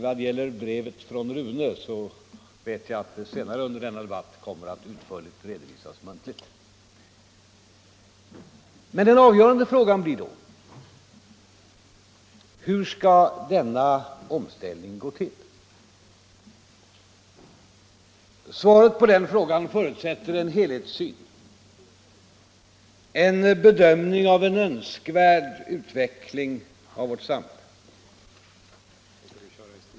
Vad gäller brevet till Rune vet jag att det senare under denna debatt kommer att utförligt redovisas muntligt. Den avgörande frågan blir hur denna omställning skall gå till. Svaret på den frågan förutsätter en helhetssyn, en bedömning av en önskvärd utveckling av vårt samhälle.